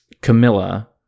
Camilla